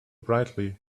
brightly